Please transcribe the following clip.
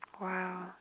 Wow